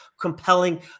compelling